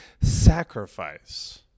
sacrifice